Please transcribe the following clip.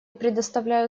предоставляю